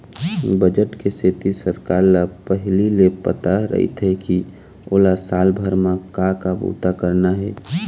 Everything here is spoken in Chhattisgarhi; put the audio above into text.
बजट के सेती सरकार ल पहिली ले पता रहिथे के ओला साल भर म का का बूता करना हे